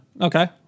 Okay